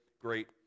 great